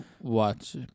Watch